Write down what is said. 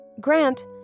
Grant